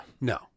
No